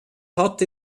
hat